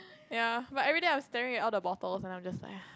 ya but everyday I was staring at all the bottles and I'm just like ah